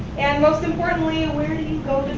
and most importantly, where do you